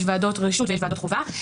יש ועדות רשות ויש ועדות חובה.